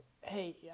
hey